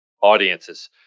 audiences